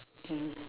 mm